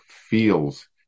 feels